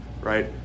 right